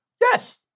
Yes